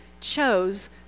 chose